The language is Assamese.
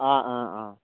অঁ অঁ অঁ